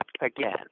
again